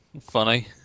funny